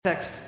text